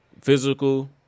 physical